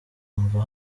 umva